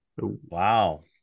Wow